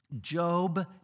Job